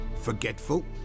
forgetful